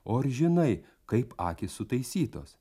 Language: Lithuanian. o ar žinai kaip akys sutaisytos